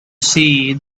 see